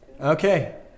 Okay